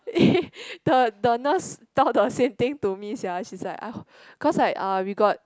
the the nurse talk the same thing to me sia she's like I cause I uh we got